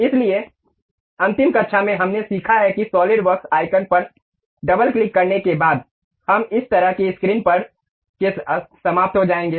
इसलिए अंतिम कक्षा में हमने सीखा है कि सॉलिडवर्क्स आइकन पर डबल क्लिक करने के बाद हम इस तरह की स्क्रीन के साथ समाप्त हो जाएंगे